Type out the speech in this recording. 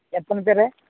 எத்தனை பேர்